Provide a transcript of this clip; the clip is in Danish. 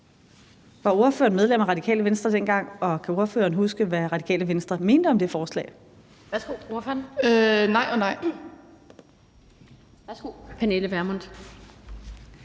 Var ordføreren medlem af Radikale Venstre dengang, og kan ordføreren huske, hvad Radikale Venstre mente om det forslag? Kl. 12:55 Den fg. formand (Annette Lind):